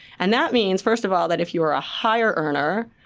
and that means, first of all, that if you are a higher earner,